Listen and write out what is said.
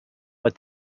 but